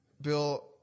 Bill